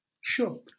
Sure